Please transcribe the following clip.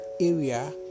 area